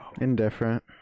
Indifferent